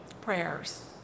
prayers